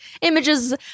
images